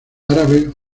árabes